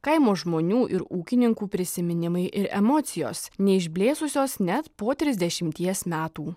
kaimo žmonių ir ūkininkų prisiminimai ir emocijos neišblėsusios net po trisdešimties metų